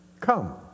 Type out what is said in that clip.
Come